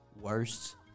Worst